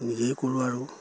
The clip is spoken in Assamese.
নিজেই কৰো আৰু